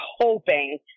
hoping